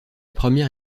première